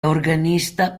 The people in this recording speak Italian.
organista